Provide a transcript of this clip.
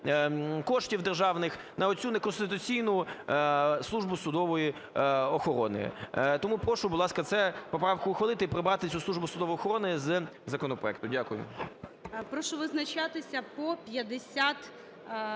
коштів державних на оцю неконституційну Службу судової охорони. Тому прошу, будь ласка, цю поправку ухвалити і прибрати цю Службу судової охорони з законопроекту. Дякую. ГОЛОВУЮЧИЙ. Прошу визначатися по 56-й...